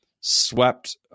swept